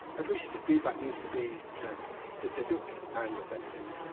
appreciative feedback needs to be kind of specific and authentic.